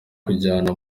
kuyijyana